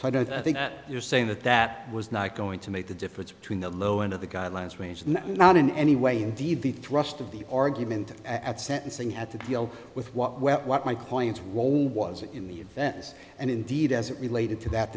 don't think you're saying that that was not going to make the difference between the low end of the guidelines range and not in any way indeed the thrust of the argument at sentencing had to deal with what where what my client's role was in the events and indeed as it related to that